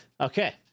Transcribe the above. Okay